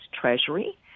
Treasury